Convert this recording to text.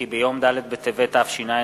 כי ביום ד' בטבת התש"ע,